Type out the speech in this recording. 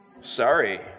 Sorry